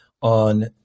on